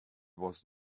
was